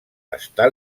està